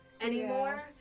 anymore